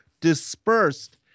dispersed